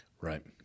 Right